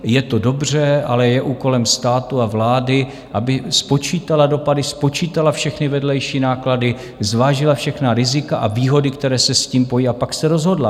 Je to dobře, ale je úkolem státu a vlády, aby spočítala dopady, spočítala všechny vedlejší náklady, zvážila všechna rizika a výhody, které se s tím pojí, a pak se rozhodla.